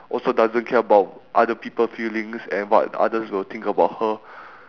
also doesn't care about other people feelings and what others will think about her